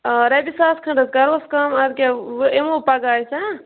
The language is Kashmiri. آ رۄپیہِ ساس کھٔنٛڈ حظ کَرہوس کَم اَدٕ کیاہ وۄنۍ یِمُو پَگاہ أسۍ